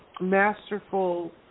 masterful